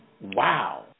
Wow